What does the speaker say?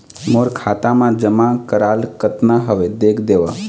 मोर खाता मा जमा कराल कतना हवे देख देव?